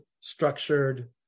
structured